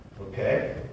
Okay